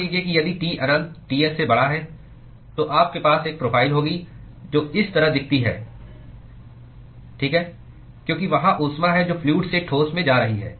मान लीजिए कि यदि T अनंत Ts से बड़ा है तो आपके पास एक प्रोफ़ाइल होगी जो इस तरह दिखती है ठीक है क्योंकि वहाँ ऊष्मा है जो फ्लूअड से ठोस में जा रही है